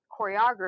choreography